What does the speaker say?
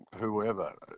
whoever